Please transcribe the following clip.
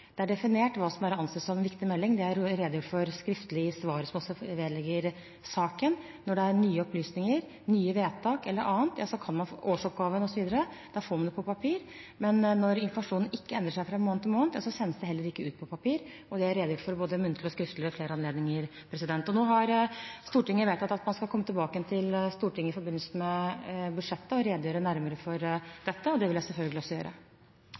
anse som en viktig melding. Det er redegjort for skriftlig i svaret som også vedligger saken. Når det er nye opplysninger, nye vedtak eller annet – årsoppgaven osv. – får man det på papir. Men når informasjonen ikke endrer seg fra måned til måned, sendes det heller ikke ut på papir. Det har jeg redegjort for både muntlig og skriftlig ved flere anledninger. Nå vedtar Stortinget at man skal komme tilbake igjen til Stortinget i forbindelse med budsjettet og redegjøre nærmere for dette, og det vil jeg selvfølgelig også gjøre.